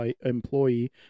employee